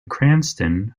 cranston